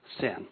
sin